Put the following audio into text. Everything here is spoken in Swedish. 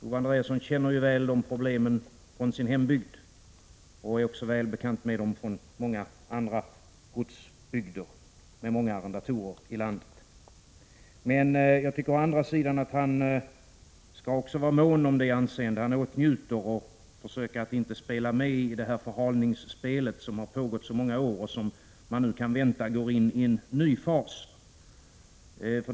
Owe Andréasson känner ju väl till de problemen från sin hembygd och är även väl bekant med dem från flera andra godsbygder i landet med många arrendatorer. Men jag tycker också att han å andra sidan skall vara mån om det anseende han åtnjuter och inte försöka spela med i det förhalningsspel som har pågått i så många år och som man nu kan vänta går in i en ny fas.